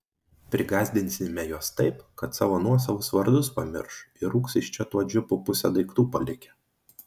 prigąsdinsime juos taip kad nuosavus vardus pamirš ir rūks iš čia tuo džipu pusę daiktų palikę